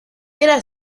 era